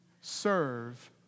serve